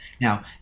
Now